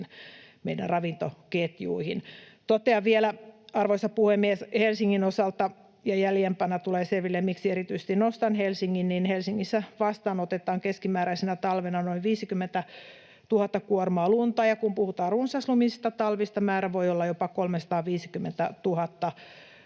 meidän ravintoketjuihin. Totean vielä, arvoisa puhemies, Helsingin osalta — ja jäljempänä tulee selville, miksi nostan erityisesti Helsingin — että Helsingissä vastaanotetaan keskimääräisenä talvena noin 50 000 kuormaa lunta, ja kun puhutaan runsaslumista talvista, määrä voi olla jopa 350 000 kuormaa.